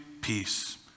peace